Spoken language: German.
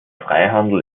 freihandel